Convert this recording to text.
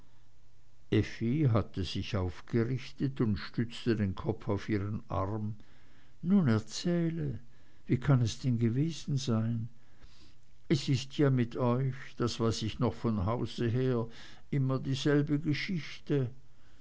hatte sich aufgerichtet und stützte den kopf auf ihren arm nun erzähle wie kann es denn gewesen sein es ist ja mit euch das weiß ich noch von hause her immer dieselbe geschichte